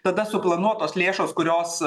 tada suplanuotos lėšos kurios